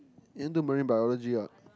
you want do marine biology ah